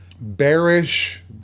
bearish